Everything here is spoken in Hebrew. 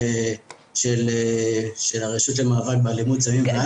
של הרשות למאבק באלימות וסמים ואלכוהול.